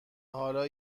حالا